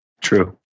True